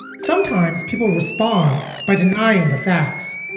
sometimes people respond by denying the facts.